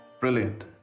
Brilliant